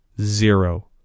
Zero